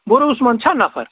بروٗس منٛد چھا نَفر